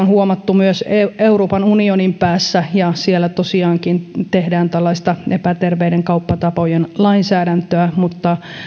on huomattu myös euroopan unionin päässä ja siellä tosiaankin tehdään tällaista epäterveiden kauppatapojen lainsäädäntöä mutta